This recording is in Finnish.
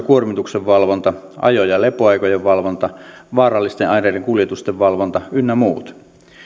kuormituksen valvonta ajo ja lepoaikojen valvonta vaarallisten aineiden kuljetusten valvonta ynnä muut